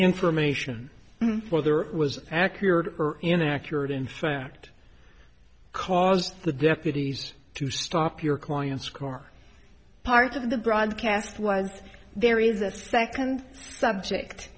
information for there was accurate or inaccurate in fact caused the deputies to stop your client's car part of the broadcast was there is a second subject